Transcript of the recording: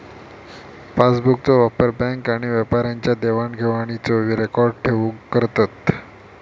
पासबुकचो वापर बॅन्क आणि व्यापाऱ्यांच्या देवाण घेवाणीचो रेकॉर्ड ठेऊक करतत